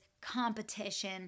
competition